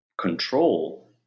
control